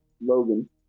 Logan